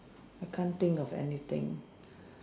I can't think of anything